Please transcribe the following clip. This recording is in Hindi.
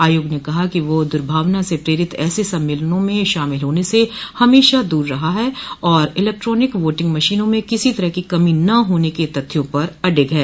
आयोग ने कहा कि वह दुर्भावना से प्रेरित ऐसे सम्मेलनों में शामिल होने से हमेशा दूर रहा है और इलेक्ट्रॉनिक वोटिंग मशीनों में किसी तरह की कमी न होने के तथ्यों पर अडिग है